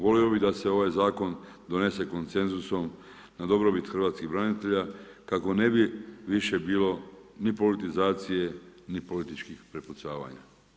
Volio bih da se ovaj zakon donese konsenzusom na dobrobit hrvatskih branitelja kako ne bi više bilo ni politizacije, ni političkih prepucavanja.